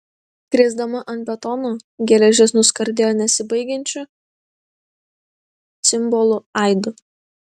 krisdama ant betono geležis nuskardėjo nesibaigiančiu cimbolų aidu